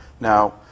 now